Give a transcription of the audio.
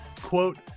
quote